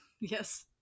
Yes